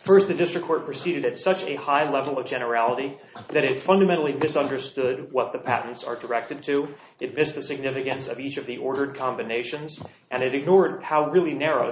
first the district court proceeded at such a high level of generality that it fundamentally this understood what the patterns are directed to it is the significance of each of the ordered combinations and it ignored how really narrow